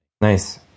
nice